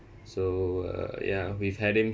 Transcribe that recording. so uh ya we've had him